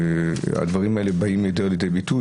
הדברים האלה באים לידי ביטוי.